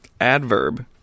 Adverb